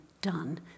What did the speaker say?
done